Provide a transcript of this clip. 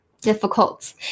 difficult